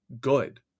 good